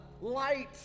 light